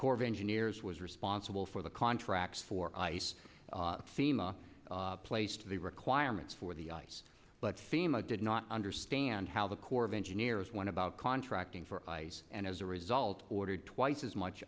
corps of engineers was responsible for the contracts for ice thema placed the requirements for the ice but fema did not understand how the corps of engineers went about contracting for ice and as a result ordered twice as much